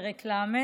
פרק ל':